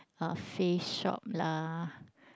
uh Face-Shop lah